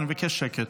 אני מבקש שקט.